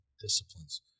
disciplines